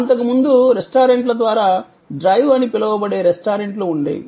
అంతకుముందు రెస్టారెంట్ల ద్వారా డ్రైవ్ అని పిలవబడే రెస్టారెంట్లు ఉండేవి